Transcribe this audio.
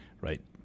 right